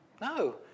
No